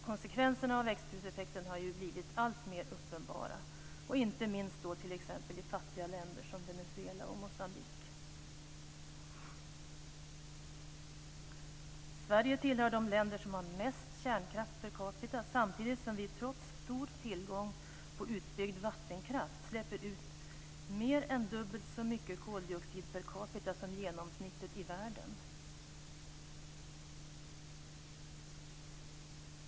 Konsekvenserna av växthuseffekten har blivit alltmer uppenbara, inte minst i fattiga länder som Venezuela och Moçambique. Sverige tillhör de länder som har mest kärnkraft per capita samtidigt som vi trots stor tillgång på utbyggd vattenkraft släpper ut mer än dubbelt så mycket koldioxid per capita som genomsnittet i världen.